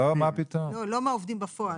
לא מהעובדים בפועל.